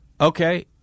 okay